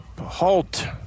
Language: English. halt